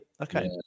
Okay